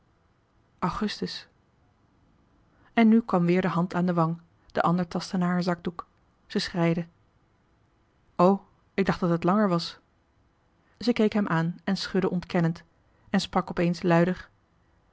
augustus en nu kwam weer de hand aan de wang de andere tastte naar haar zakdoek ze schreide o ik dacht dat het langer was ze keek hem aan en schudde ontkennend en sprak opeens luider